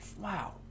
Wow